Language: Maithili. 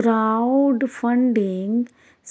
क्राउडफन्डिंग